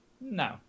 No